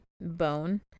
bone